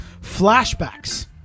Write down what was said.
Flashbacks